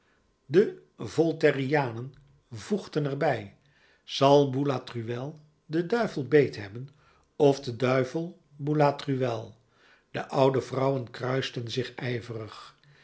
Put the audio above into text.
ontkapen de voltairianen voegden er bij zal boulatruelle den duivel beet hebben of de duivel boulatruelle de oude vrouwen kruisten zich ijverig